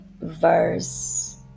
verse